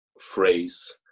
phrase